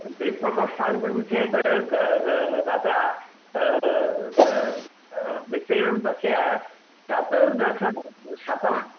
द्विप्रकोष्ठात्मकं चेत् ग ब तत्र विषयं तस्य चतुर्दशशतं